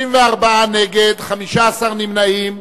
64 נגד, 15 נמנעים.